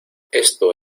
esto